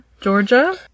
Georgia